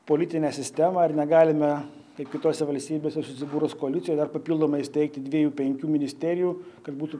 politinę sistemą ar negalime taip kitose valstybėse susibūrus koalicijoj dar papildomai steigti dviejų penkių ministerijų kad būtų